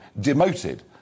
demoted